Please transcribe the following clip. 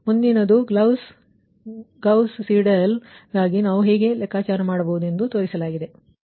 ಆದ್ದರಿಂದ ಮುಂದಿನದು ಗೌಸ್ ಸೀಡೆಲ್ಲ್ಗಾಗಿ ನೀವು ಇದನ್ನು ಹೇಗೆ ತೋರಿಸಿದ್ದೀರಿ ಎಂಬುದಾಗಿದೆ